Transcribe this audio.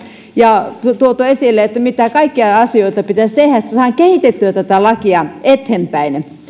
ja tuotu esille mitä kaikkia asioita pitäisi tehdä että saadaan kehitettyä tätä lakia eteenpäin